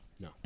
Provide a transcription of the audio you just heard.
No